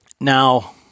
now